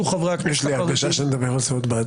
יש לי הרגשה שנדבר על זה עוד בעתיד.